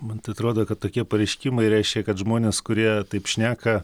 man tai atrodo kad tokie pareiškimai reiškia kad žmonės kurie taip šneka